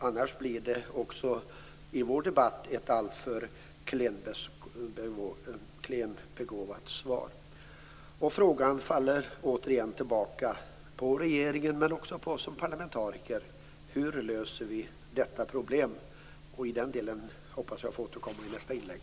Annars blir det också i vår debatt ett alltför klent begåvat svar, och frågan faller återigen tillbaka på regeringen, men också på oss som parlamentariker: Hur löser vi detta problem? I den delen hoppas jag få återkomma i nästa inlägg.